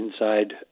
inside